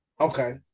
Okay